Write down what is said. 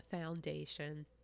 foundation